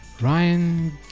Ryan